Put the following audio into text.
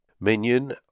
Minion